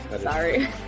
Sorry